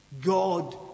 God